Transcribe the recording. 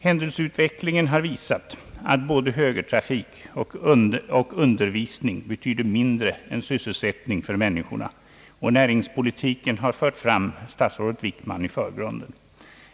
Händelseutvecklingen har visat att både högertrafik och undervisning betyder mindre än sysselsättning för människorna, och näringspolitiken har fört fram statsrådet Wickman i förgrunden.